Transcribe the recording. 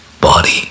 body